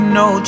no